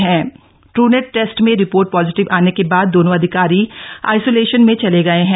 हूनेट test में report positive आने के बाद दोनों अधिकारी आइसोलेशन में चले गए हैं